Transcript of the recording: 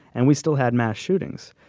and we still had mass shootings.